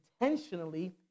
intentionally